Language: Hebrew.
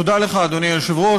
אדוני היושב-ראש,